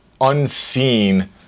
unseen